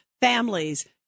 families